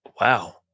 Wow